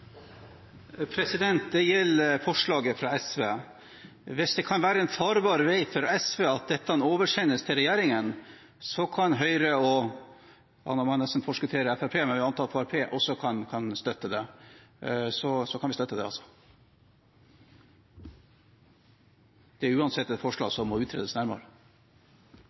Det gjelder forslaget fra SV. Hvis det kan være en farbar vei for SV at dette oversendes til regjeringen, kan Høyre og – ja, nå må jeg nesten forskuttere – jeg vil anta også Fremskrittspartiet støtte det. Det er uansett et forslag som må utredes nærmere.